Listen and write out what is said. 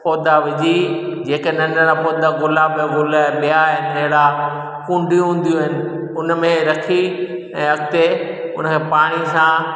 पौधा विझी जेके नढिड़ा पौधा गुलाब जा गुल ॿिया आहिनि हेड़ा कूंडियूं हूंदियूं आहिनि हुन में रखी ऐं अॻिते हुन पाणी सां